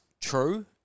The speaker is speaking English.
true